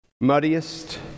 muddiest